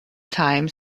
time